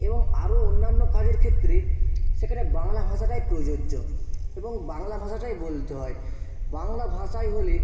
এবং আরো অন্যান্য কাজের ক্ষেত্রে সেখানে বাংলা ভাষাটাই প্রযোজ্য এবং বাংলা ভাষাটাই বলতে হয় বাংলা ভাষায় হলে